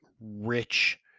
rich